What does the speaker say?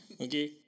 Okay